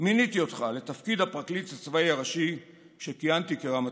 מיניתי אותך לתפקיד הפרקליט הצבאי הראשי כשכיהנתי כרמטכ"ל.